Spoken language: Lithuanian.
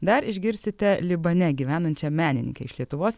dar išgirsite libane gyvenančią menininkę iš lietuvos